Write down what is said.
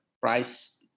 price